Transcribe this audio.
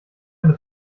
eine